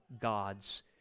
God's